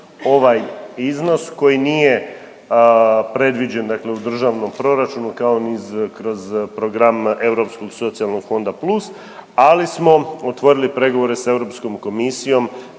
ovaj iznos koji nije predviđen dakle u Državnom proračunu kao ni kroz program Europskog socijalnog programa plus, ali smo otvorili pregovore s Europskom komisijom